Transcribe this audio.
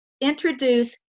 introduce